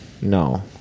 No